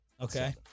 Okay